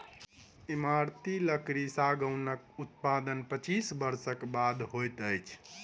इमारती लकड़ी सागौनक उत्पादन पच्चीस वर्षक बाद होइत अछि